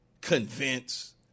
convince